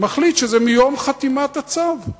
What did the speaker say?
מחליט שזה מיום חתימת הצו.